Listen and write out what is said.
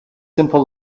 simple